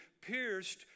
pierced